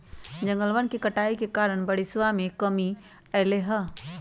जंगलवन के कटाई के कारण बारिशवा में कमी अयलय है